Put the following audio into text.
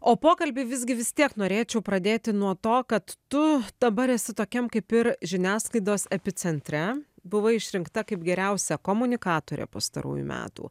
o pokalbį visgi vis tiek norėčiau pradėti nuo to kad tu dabar esi tokiam kaip ir žiniasklaidos epicentre buvai išrinkta kaip geriausia komunikatorė pastarųjų metų